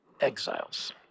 Exiles